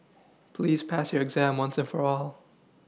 please pass your exam once and for all